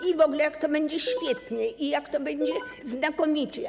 I w ogóle jak to będzie świetnie i jak to będzie znakomicie.